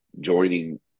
joining